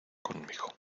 conmigo